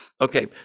Okay